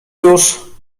już